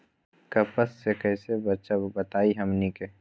कपस से कईसे बचब बताई हमनी के?